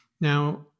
Now